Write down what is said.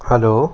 hello